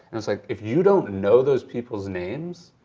it's like, if you don't know those people's names,